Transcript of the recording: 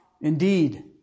Indeed